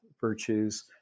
virtues